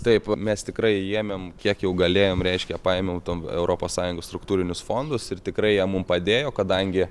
taip mes tikrai ėmėm kiek jau galėjom reiškia paėmiau tam europos sąjungos struktūrinius fondus ir tikrai jie mums padėjo kadangi